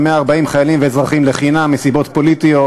140 חיילים ואזרחים לחינם מסיבות פוליטיות,